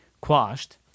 quashed